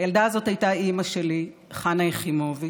הילדה הזאת הייתה אימא שלי, חנה יחימוביץ.